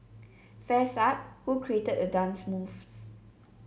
fess up who created a dance moves